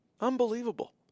Unbelievable